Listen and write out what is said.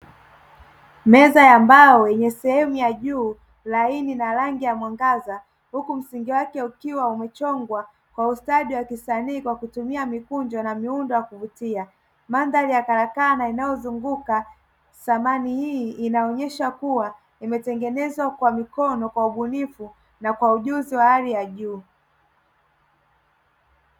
Meza ya mbao wenye sehemu ya juu laini na rangi ya mwangaza. Huku msingi wake ukiwa umechongwa kwa ustadi wa kisanii, kwa kutumia mikunjo na miundo kuvutia. Mandhari ya karakana inayozunguka samaani, hii inaonyesha kuwa imetengenezwa kwa mikono kwa ubunifu na kwa ujuzi wa hali ya juu.